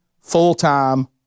full-time